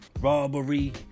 Robbery